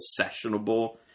sessionable